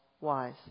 wise